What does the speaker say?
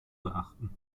beachten